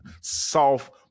soft